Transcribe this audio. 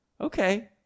okay